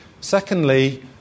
Secondly